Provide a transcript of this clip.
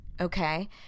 Okay